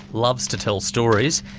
loves to tell stories,